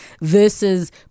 versus